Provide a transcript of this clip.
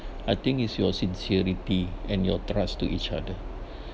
I think it's your sincerity and your trust to each other